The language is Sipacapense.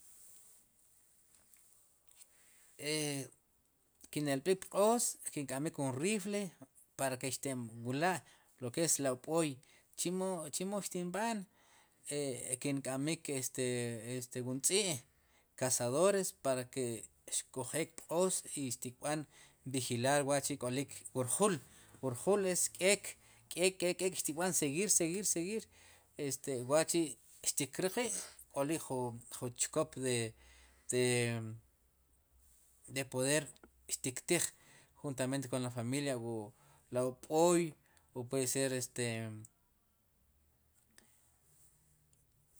E kinelb'ik pq'oos kin k'amb'ik wun rifle para ke xtinwla' lo ke es la ub'oy chemo xtib'an kink'amb'ik este wun tz'i' kazadores para ke uxkuj eek pq'oos xtikb'an bijilar wa' chi' k'olik wu rjul, wur jul keek, ek, ek, seguir, seguir, seguir, wachi' xtik riq wi' ri jun chkop ri depoder xtiktij juntamente kon la familia wu la ob'oy o puede ser este.